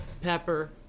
pepper